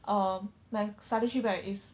um my study trip right is